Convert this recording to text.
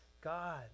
God